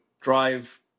drive